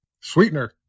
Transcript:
Sweetener